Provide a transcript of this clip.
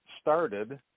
started